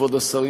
כבוד השרים,